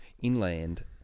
inland